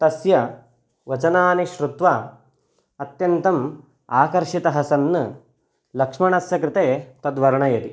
तस्य वचनानि श्रुत्वा अत्यन्तम् आकर्षितः सन् लक्ष्मणस्य कृते तद् वर्णयति